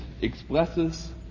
expresses